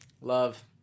Love